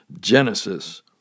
Genesis